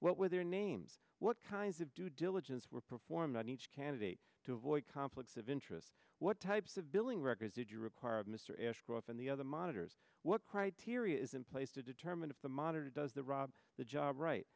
what were their names what kinds of due diligence were performed on each candidate to avoid conflicts of interest what types of billing records did you require of mr ashcroft and the other monitors what criteria is in place to determine if the moderator does the rob the job right